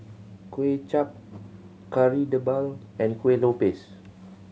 Kuay Chap Kari Debal and Kuih Lopes